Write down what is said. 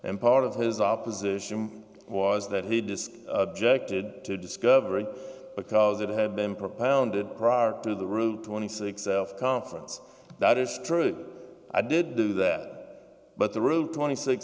and part of his opposition was that he disc objected to discovery because it had been propounded prior to the route twenty six dollars of conference that is true i did do that but the room twenty six